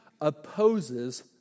opposes